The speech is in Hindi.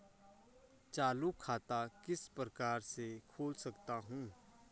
चालू खाता किस प्रकार से खोल सकता हूँ?